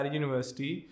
university